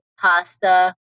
pasta